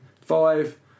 five